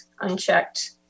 unchecked